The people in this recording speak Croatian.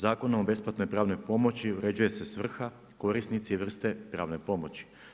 Zakon o besplatnoj pravnoj pomoći uređuje se svrha, korisnici vrste pravne pomoći.